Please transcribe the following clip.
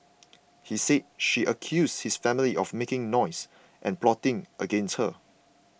he said she accused his family of making noise and plotting against her